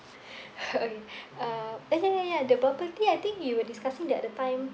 okay ah ya ya ya the bubble tea I think we were discussing the other time